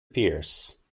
pearce